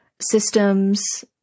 systems